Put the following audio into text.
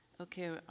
okay